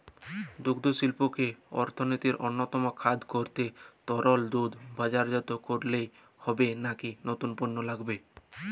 দুগ্ধশিল্পকে অর্থনীতির অন্যতম খাত করতে তরল দুধ বাজারজাত করলেই হবে নাকি নতুন পণ্য লাগবে?